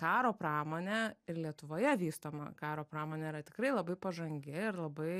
karo pramonė ir lietuvoje vystoma karo pramonė yra tikrai labai pažangi ir labai